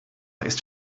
ist